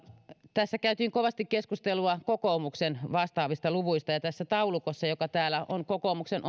tässä käytiin kovasti keskustelua kokoomuksen vastaavista luvuista ja tässä taulukossa joka täällä on kokoomuksen